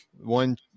one